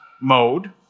mode